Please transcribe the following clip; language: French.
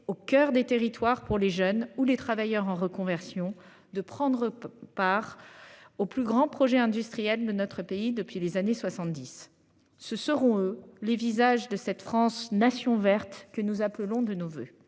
au coeur des territoires pour les jeunes ou les travailleurs en reconversion de prendre part au plus grand projet industriel de notre pays depuis les années 70, ce seront les visages de cette France nation verte que nous appelons de nos voeux.